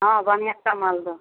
हँ बढ़िआँ छै मालदह